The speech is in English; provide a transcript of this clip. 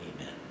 Amen